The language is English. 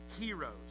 Heroes